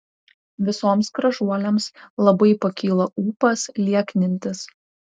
visoms gražuolėms labai pakyla ūpas lieknintis